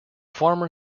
farmer